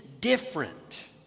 different